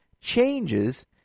changes